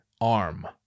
arm